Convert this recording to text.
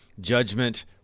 judgment